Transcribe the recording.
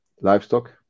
livestock